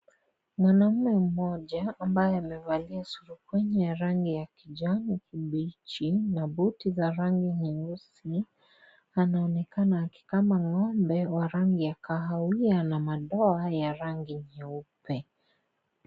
Mwanaume mmoja ambaye amevalia surupwenye ya rangi ya kijani kibichi na buti za rangi nyeusi anaonekana akikama ng'ombe wa rangi ya kahawia na madoa ya rangi nyeupe.